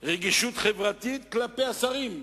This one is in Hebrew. יותר רגישות חברתית כלפי השרים.